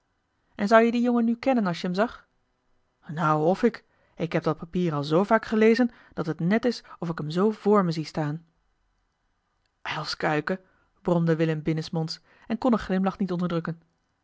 en zou je dien jongen nu kennen als je hem zag nouw f ik ik heb dat papier al zoo vaak gelezen dat het net is of ik hem zoo vr me zie staan uilskuiken bromde willem binnensmonds en kon een glimlach niet onderdrukken